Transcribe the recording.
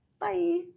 Bye